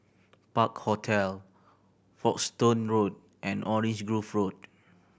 Park Hotel Folkestone Road and Orange Grove Road